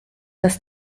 des